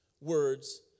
words